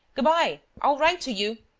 good-bye. i'll write to you.